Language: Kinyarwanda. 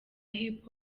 hip